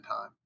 time